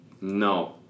No